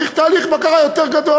אז צריך תהליך בקרה יותר רחב,